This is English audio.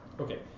Okay